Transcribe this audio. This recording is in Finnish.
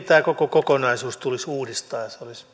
tämä koko kokonaisuus tulisi uudistaa se olisi